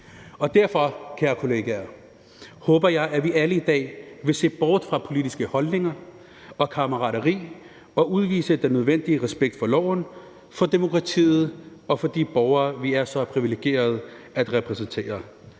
Derfor, kære kolleger, håber jeg, at vi alle i dag vil se bort fra politiske holdninger og kammerateri og udvise den nødvendige respekt for loven, for demokratiet og for de borgere, vi er så privilegeret at repræsentere.